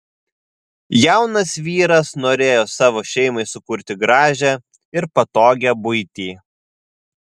jaunas vyras norėjo savo šeimai sukurti gražią ir patogią buitį